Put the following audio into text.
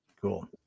Cool